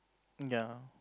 ya